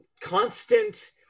constant